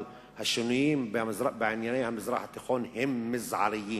אבל השינויים בענייני המזרח התיכון הם מזעריים.